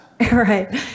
right